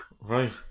right